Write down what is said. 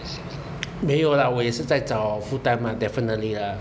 没有啦我也是在找 full time ah definitely lah